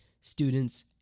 students